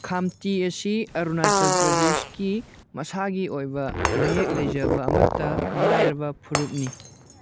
ꯈꯥꯝꯇꯤ ꯑꯁꯤ ꯑꯔꯨꯅꯥꯆꯜ ꯄ꯭ꯔꯗꯦꯁꯀꯤ ꯃꯁꯥꯒꯤ ꯑꯣꯏꯕ ꯃꯌꯦꯛ ꯂꯩꯖꯕ ꯑꯃꯇ ꯉꯥꯏꯔꯕ ꯐꯨꯔꯨꯞꯅꯤ